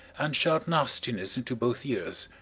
and shout nastiness into both ears,